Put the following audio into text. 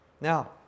Now